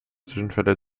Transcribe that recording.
zwischenfälle